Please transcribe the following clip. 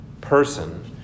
person